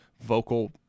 vocal